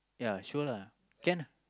ya sure lah can ah